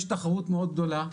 יש תחרות מאוד גדולה,